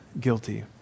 guilty